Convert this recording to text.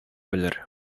белер